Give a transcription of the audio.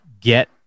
get